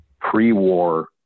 pre-war